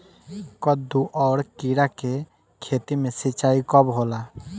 कदु और किरा के खेती में सिंचाई कब होला?